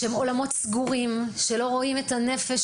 הם עולמות סגורים ולא רואים באמת נפש